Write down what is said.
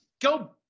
Go